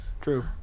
True